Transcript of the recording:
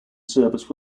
service